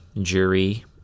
jury